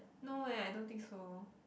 no eh I don't think so